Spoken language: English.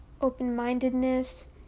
open-mindedness